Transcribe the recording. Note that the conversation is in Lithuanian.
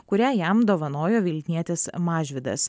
kurią jam dovanojo vilnietis mažvydas